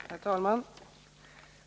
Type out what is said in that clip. Herr talman!